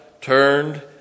turned